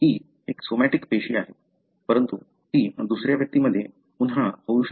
ही एक सोमॅटीक पेशी आहे परंतु ती दुसऱ्या व्यक्तीमध्ये पुन्हा होऊ शकते